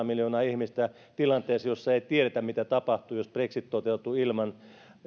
miljoonaa ihmistä tilanteeseen jossa ei tiedetä mitä tapahtuu jos brexit toteutuu ilman